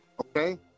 okay